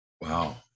Wow